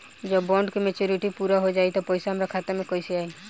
जब बॉन्ड के मेचूरिटि पूरा हो जायी त पईसा हमरा खाता मे कैसे आई?